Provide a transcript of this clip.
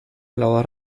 blauer